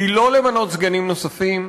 היא לא למנות סגנים נוספים.